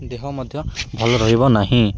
ଦେହ ମଧ୍ୟ ଭଲ ରହିବ ନାହିଁ